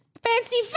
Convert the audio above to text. Fancy